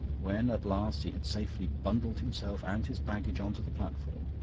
when at last he had safely bundled himself and his baggage on to the platform,